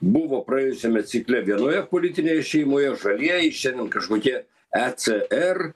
buvo praėjusiame cikle vienoje politinėje šeimoje žalieji šiandien kažkokie e c er